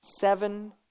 seven